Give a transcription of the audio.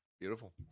Beautiful